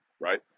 right